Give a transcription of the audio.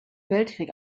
weltkrieg